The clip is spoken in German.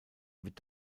wird